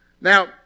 Now